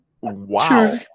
Wow